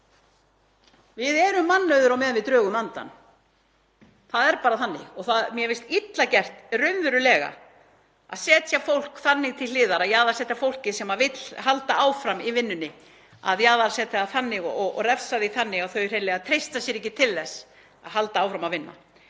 Við erum mannauður á meðan við drögum andann. Það er bara þannig. Mér finnst illa gert raunverulega að setja fólk þannig til hliðar, að jaðarsetja fólkið sem vill halda áfram í vinnunni, að jaðarsetja það þannig og refsa því þannig að þau hreinlega treysta sér ekki til þess að halda áfram að vinna.